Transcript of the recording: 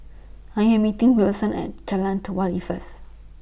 I Am meeting Wilson At Jalan Telawi First